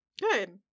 Good